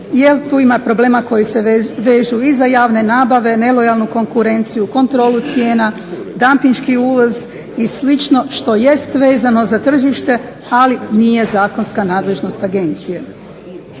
tu ima problema koji se vežu i za javne nabave, nelojalnu konkurenciju, kontrolu cijena, Dampinški u uvoz i slično što jest vezano za tržište ali nije zakonska nadležnost agencije.